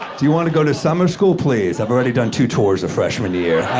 do you want to go to summer school? please, i've already done two tours of freshman year. i